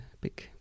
big